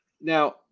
Now